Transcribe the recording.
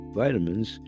vitamins